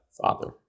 father